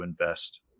invest